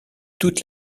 toute